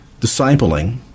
discipling